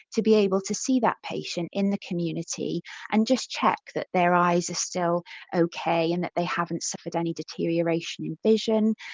to be able to see that patient in the community and just check that their eyes are still okay and that they haven't suffered any deterioration in vision,